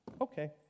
okay